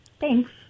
Thanks